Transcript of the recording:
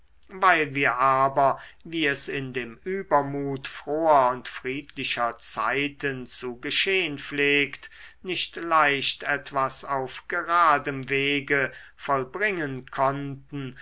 weil wir aber wie es in dem übermut froher und friedlicher zeiten zu geschehn pflegt nicht leicht etwas auf geradem wege vollbringen konnten